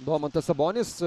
domantas sabonis